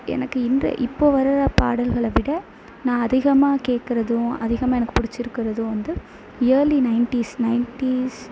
எனக்கு இந்த இப்போ வர பாடல்களை விட நான் அதிகமாக கேட்கறதும் அதிகமாக எனக்கு பிடிச்சிருக்குறதும் வந்து இயர்லி நைன்டிஸ் நைன்டீஸ்